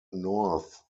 north